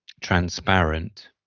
transparent